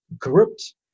corrupt